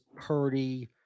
Purdy